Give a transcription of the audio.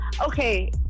Okay